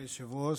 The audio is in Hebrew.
אדוני היושב-ראש,